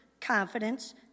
confidence